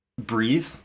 breathe